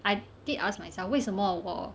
I did ask myself 为什么我